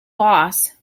boss